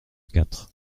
quatre